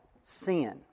sin